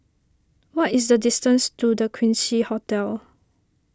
what is the distance to the Quincy Hotel